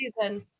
season